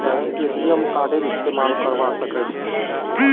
छ ए.टी.एम कार्डेर इस्तमाल करवा सके छे